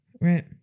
Right